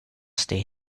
stay